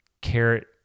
carrot